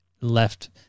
left